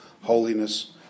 holiness